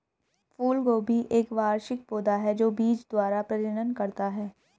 फूलगोभी एक वार्षिक पौधा है जो बीज द्वारा प्रजनन करता है